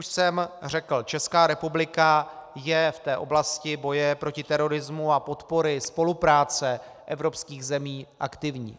Jak už jsem řekl, Česká republika je v oblasti boje proti terorismu a podpory spolupráce evropských zemí aktivní.